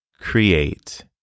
create